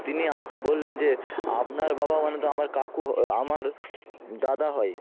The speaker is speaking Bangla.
তিনি আমাকে বললেন যে আপনার বাবা মানে তো আমার কাকু আমার দাদা হয়